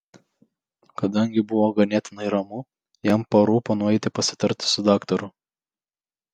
kadangi buvo ganėtinai ramu jam parūpo nueiti pasitarti su daktaru